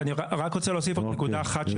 אני רוצה להוסיף עוד נקודה אחת.